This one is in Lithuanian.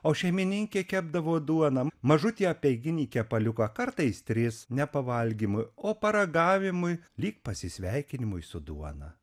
o šeimininkė kepdavo duoną mažutį apeiginį kepaliuką kartais tris ne pavalgymui o paragavimui lyg pasisveikinimui su duona